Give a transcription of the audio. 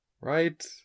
Right